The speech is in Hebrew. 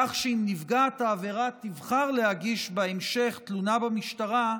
כך שאם נפגעת העבירה תבחר להגיש בהמשך תלונה במשטרה,